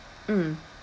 mm